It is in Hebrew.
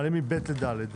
מעלים מ-ב' ל-ד'.